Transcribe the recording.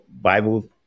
Bible